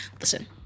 listen